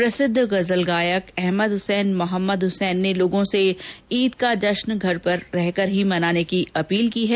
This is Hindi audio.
प्रसिद्ध गजल गायकर अहमद हुसैन मोहम्मद हुसैन ने लोगों से ईद का जश्न घर पर रहकर मनाने की अपील की है